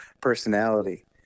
personality